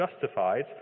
justified